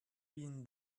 been